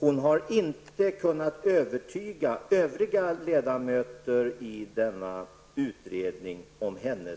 Hon har inte kunnat övertyga övriga ledamöter i denna utredning om sin